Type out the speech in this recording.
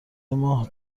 ماه